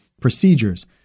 procedures